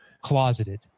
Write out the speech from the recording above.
closeted